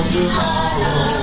tomorrow